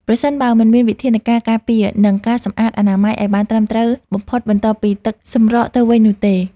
ប្រសិនបើមិនមានវិធានការការពារ និងការសម្អាតអនាម័យឱ្យបានត្រឹមត្រូវបំផុតបន្ទាប់ពីទឹកសម្រកទៅវិញនោះទេ។